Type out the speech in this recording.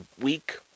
week